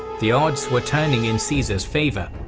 the odds were turning in caesar's favour.